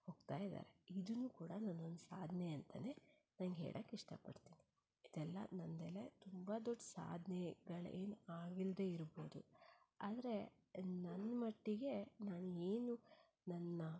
ಹೊಗ್ತಾ ಇದ್ದಾರೆ ಇದನ್ನ ಕೂಡ ನಾನೊಂದು ಸಾಧನೆ ಅಂತನೇ ನಂಗೆ ಹೇಳಕ್ಕೆ ಇಷ್ಟಪಡ್ತೀನಿ ಇದೆಲ್ಲ ನಂದೆಲೆ ತುಂಬ ದೊಡ್ಡ ಸಾಧ್ನೆಗಳೇನು ಆಗಿಲ್ಲದೇ ಇರ್ಬೋದು ಆದರೆ ನನ್ನ ಮಟ್ಟಿಗೆ ನಾನು ಏನು ನನ್ನ